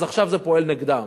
אז עכשיו זה פועל נגדם.